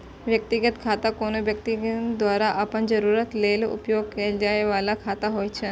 व्यक्तिगत खाता कोनो व्यक्ति द्वारा अपन जरूरत लेल उपयोग कैल जाइ बला खाता होइ छै